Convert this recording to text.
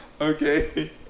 Okay